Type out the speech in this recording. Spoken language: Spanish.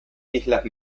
islas